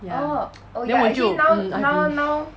ya then 我就 mm